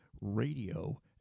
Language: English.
radio